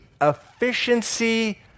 efficiency